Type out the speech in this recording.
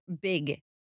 big